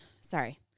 sorry